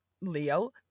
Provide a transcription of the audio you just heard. Leo